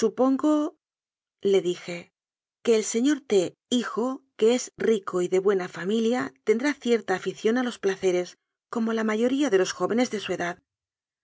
supongo le dijeque el señor t hijo que es rico y de buena familia tendrá cierta afición a los pla ceres como la mayoría de los jóvenes de su edad